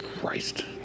Christ